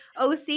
OC